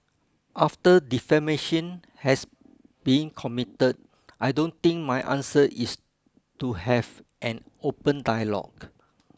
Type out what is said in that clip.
after defamation has been committed I don't think my answer is to have an open dialogue